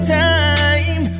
time